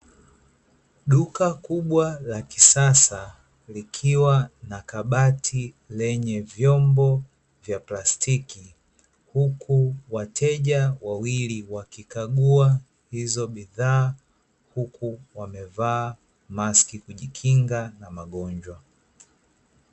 Duka kubwa la kisasa, likiwa na kabati lenye vyombo vya plastiki, huku wateja wawili wakikagua hizo bidhaa, huku wamevaa mask kujikinga na magonjwa.